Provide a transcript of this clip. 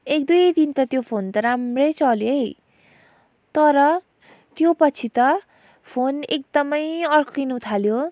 एकदुई दिन त त्यो फोन त राम्रै चल्यो है तर त्यो पछि त फोन एकदमै अड्किनु थाल्यो